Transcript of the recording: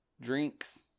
drinks